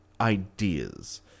ideas